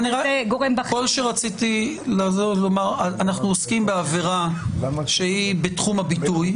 כל שרציתי לומר הוא שאנחנו עוסקים בעבירה שהיא בתחום הביטוי.